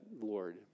Lord